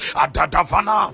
adadavana